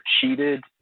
cheated